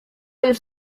już